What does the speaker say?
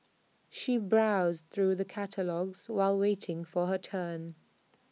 she browsed through the catalogues while waiting for her turn